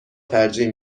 ترجیح